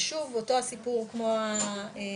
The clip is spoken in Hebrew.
ושוב, אותו הסיפור כמו הינשופים.